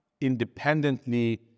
independently